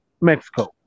Mexico